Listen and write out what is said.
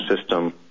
system